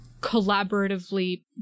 collaboratively